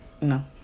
No